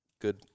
good